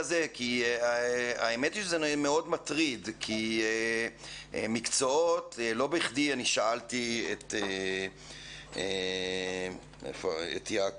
האמת היא שהנושא הזה מאוד מטריד ולא בכדי שאלתי את מר אופק לגבי